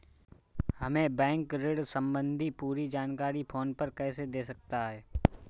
हमें बैंक ऋण संबंधी पूरी जानकारी फोन पर कैसे दे सकता है?